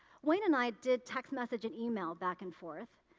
wayne and i did text message an email back and forth.